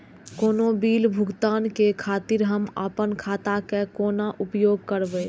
कोनो बील भुगतान के खातिर हम आपन खाता के कोना उपयोग करबै?